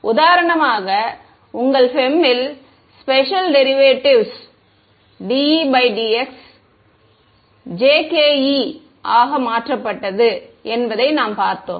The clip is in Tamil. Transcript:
உதாரணமாக உங்கள் FEM இல் ஸ்பெஷல் டெரிவேட்டிவ்ஸ் dEdx jkE ஆக மாற்றப்பட்டது என்பதை நாம் பார்த்தோம்